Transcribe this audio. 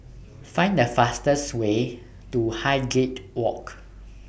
Find The fastest Way to Highgate Walk